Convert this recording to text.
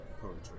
poetry